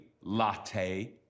latte